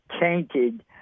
tainted